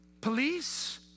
police